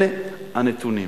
אלה הנתונים.